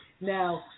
Now